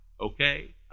okay